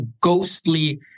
ghostly